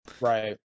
right